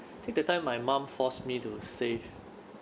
I think that time my mum forced me to save